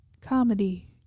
comedy